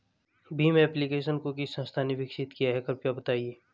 Bhim application को किस संस्था ने विकसित किया है कृपया बताइए?